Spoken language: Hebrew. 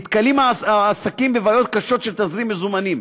נתקלים העסקים בבעיות קשות של תזרים מזומנים.